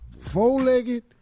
four-legged